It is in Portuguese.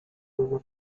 uma